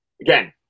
Again